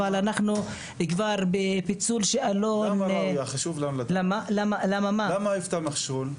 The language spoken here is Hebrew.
אבל אנחנו כבר בפיצול --- למה היוותה מכשול?